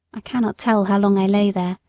i cannot tell how long i lay there,